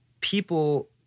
people